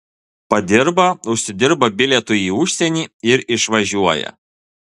padirba užsidirba bilietui į užsienį ir išvažiuoja